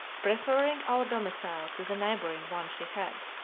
preferring our domicile to the neighboring one she had.